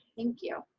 thank you.